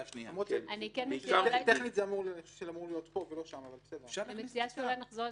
בינינו הוא בהנחה שלנו שהחייב הזה מנצל את ההליך הזה בצורה לא נכונה,